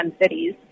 cities